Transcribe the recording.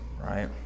Right